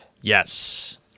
Yes